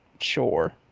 Sure